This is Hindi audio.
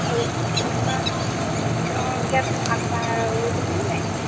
और उसमें उसका हाँ कैप आता है वह सब मिल जाएगा